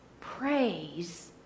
praise